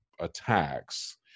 attacks